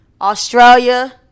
Australia